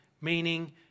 meaning